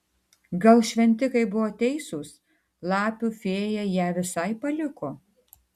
gal šventikai buvo teisūs lapių fėja ją visai paliko